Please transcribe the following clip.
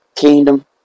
Kingdom